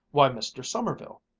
why, mr. sommerville,